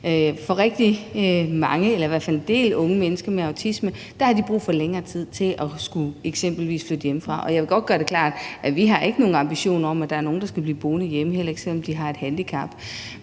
voksenbestemmelserne. I hvert fald har en del unge mennesker med autisme brug for længere tid til eksempelvis at skulle flytte hjemmefra. Jeg vil godt gøre det klart, at vi ikke har nogen ambition om, at der er nogen, der skal blive boende hjemme, heller ikke selv om de har et handicap.